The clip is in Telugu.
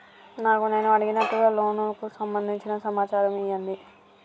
నాకు నేను అడిగినట్టుగా లోనుకు సంబందించిన సమాచారం ఇయ్యండి?